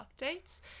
updates